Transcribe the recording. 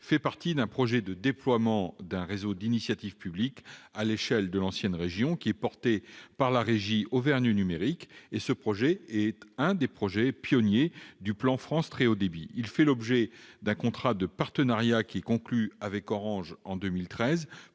fait partie d'un projet de déploiement d'un réseau d'initiative publique à l'échelle de l'ancienne région, porté par la régie Auvergne Numérique. Ce projet est l'un des projets pionniers du Plan France Très Haut Débit. Il fait l'objet d'un contrat de partenariat conclu avec Orange en 2013